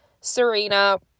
Serena